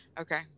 okay